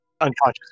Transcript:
Unconscious